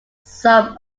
some